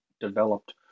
developed